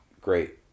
great